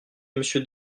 monsieur